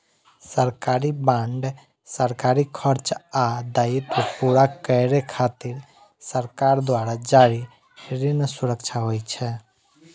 सरकारी बांड सरकारी खर्च आ दायित्व पूरा करै खातिर सरकार द्वारा जारी ऋण सुरक्षा होइ छै